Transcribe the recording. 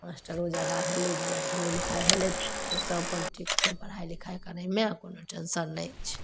मास्टरो जादा भेलै जे पढ़ाइओ लिखाइ भेलै सेहोसब अपन ठीक छै पढ़ाइ लिखाइ करैमे कोनो टेन्शन नहि छै